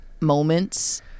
moments